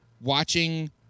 watching